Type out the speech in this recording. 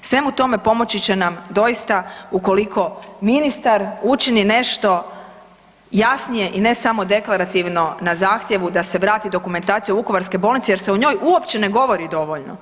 Svemu tome pomoći će nam doista ukoliko ministar učini nešto jasnije i ne samo deklarativno na zahtjevu da se vrati dokumentacija vukovarske bolnice jer se o njoj uopće ne govori dovoljno.